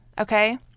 okay